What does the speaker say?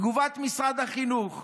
תגובת משרד החינוך: